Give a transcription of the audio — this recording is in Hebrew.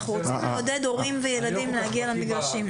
אנחנו רוצים לעודד הורים וילדים להגיע למגרשים.